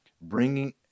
bringing